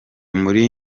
muri